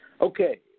Okay